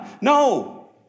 No